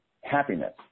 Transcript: Happiness